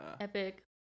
Epic